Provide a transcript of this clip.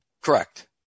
Correct